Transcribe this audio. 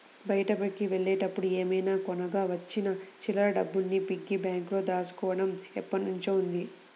బయటికి వెళ్ళినప్పుడు ఏమైనా కొనగా వచ్చిన చిల్లర డబ్బుల్ని పిగ్గీ బ్యాంకులో దాచుకోడం ఎప్పట్నుంచో ఉంది